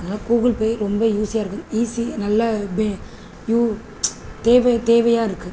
அதனால Google Pay ரொம்ப யூஸியாக இருக்குது ஈஸி நல்ல பெ யு தேவை தேவையாக இருக்குது